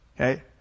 okay